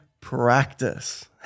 practice